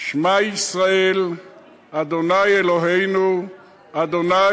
"שמע ישראל ה' אלוהינו ה'